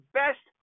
best